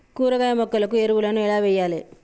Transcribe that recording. కూరగాయ మొక్కలకు ఎరువులను ఎలా వెయ్యాలే?